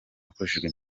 hakoreshejwe